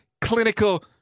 clinical